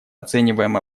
оцениваем